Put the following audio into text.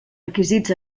requisits